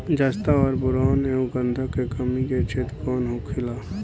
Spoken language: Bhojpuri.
जस्ता और बोरान एंव गंधक के कमी के क्षेत्र कौन होखेला?